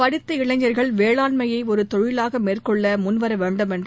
படித்த இளைஞர்கள் வேளாண்மையை ஒரு தொழிலாக மேற்கொள்ள முன்வர வேண்டும் என்று